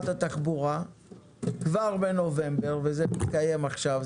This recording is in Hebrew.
התחבורה כבר בנובמבר וזה מתקיים עכשיו,